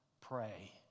pray